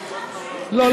לא,